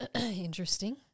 Interesting